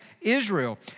Israel